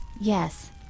Yes